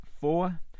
four